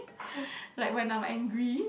like when I'm angry